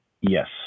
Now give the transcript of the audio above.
Yes